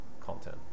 content